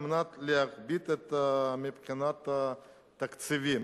כדי לא להכביד מבחינת התקציבים.